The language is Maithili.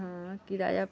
हँ किराया